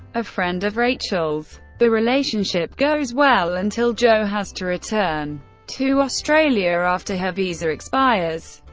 a friend of rachel's. the relationship goes well until jo has to return to australia after her visa expires.